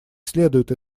следует